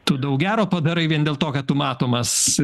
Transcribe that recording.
tu daug gero padarai vien dėl to kad tu matomas